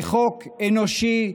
זה חוק אנושי,